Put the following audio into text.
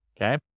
okay